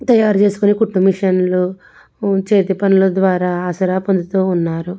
తయారు చేసుకుని కుట్టు మిషన్లు చేతి పనుల ద్వారా ఆసరా పొందుతు ఉన్నారు